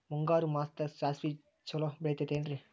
ಮುಂಗಾರು ಮಾಸದಾಗ ಸಾಸ್ವಿ ಛಲೋ ಬೆಳಿತೈತೇನ್ರಿ?